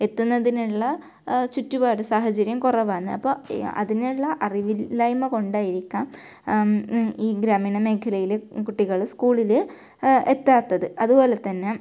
എത്തുന്നതിനുള്ള ചുറ്റുപാട് സാഹചര്യം കുറവാണ് അപ്പോൾ അതിനുള്ള അറിവില്ലായ്മ കൊണ്ടായിരിക്കാം ഈ ഗ്രാമീണ മേഖലയിൽ കുട്ടികൾ സ്കൂളിൽ എത്താത്തത് അതുപോലെ തന്നെ